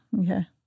Okay